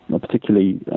particularly